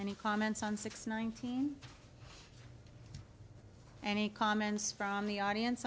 any comments on six nineteen any comments from the audience